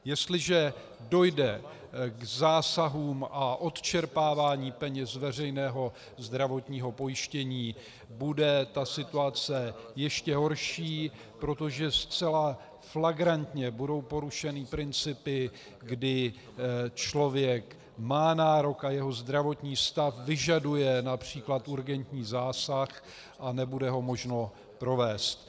Jestliže dojde k zásahům a odčerpávání peněz z veřejného zdravotního pojištění, bude situace ještě horší, protože zcela flagrantně budou porušeny principy, kdy člověk má nárok a jeho zdravotní stav vyžaduje například urgentní zásah a nebude ho možno provést.